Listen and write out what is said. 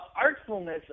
artfulness